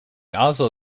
oslo